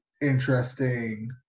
interesting